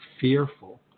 fearful